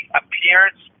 appearance